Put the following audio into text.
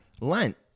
Lent